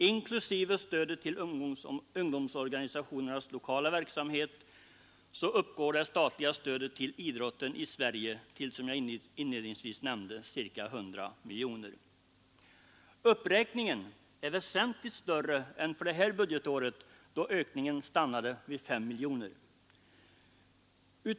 Inklusive stödet till ungdomsorganisationernas lokala verksamhet uppgår det statliga stödet till idrotten i Sverige till, som jag inledningsvis nämnde, ca 100 miljoner kronor. Uppräkningen är väsentligt större än för detta budgetår, då ökningen stannade vid 5 miljoner.